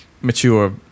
mature